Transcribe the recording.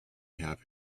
have